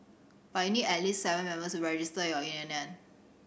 but you need at least seven members to register your union